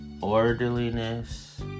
orderliness